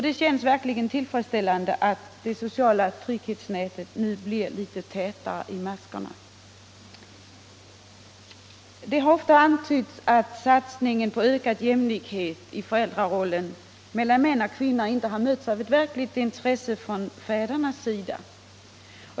Det känns verkligen tillfredsställande att det sociala trygghetsnätet nu blir litet tätare i maskorna. Det har ofta antytts att satsningen på ökad jämlikhet i föräldrarollen mellan män och kvinnor inte har mötts av ett verkligt intresse från föräldrarna.